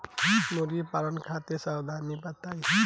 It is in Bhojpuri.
मुर्गी पालन खातिर सावधानी बताई?